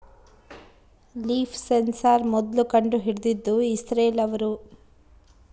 leaf sensor ಮೊದ್ಲು ಕಂಡು ಹಿಡಿದಿದ್ದು ಇಸ್ರೇಲ್ ಅವ್ರು